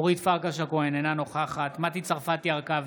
אינה נוכחת מטי צרפתי הרכבי,